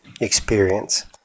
experience